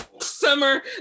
summer